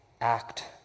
act